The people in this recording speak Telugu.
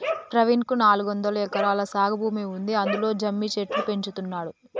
ప్రవీణ్ కు నాలుగొందలు ఎకరాల సాగు భూమి ఉంది అందులో జమ్మి చెట్లు పెంచుతున్నాడు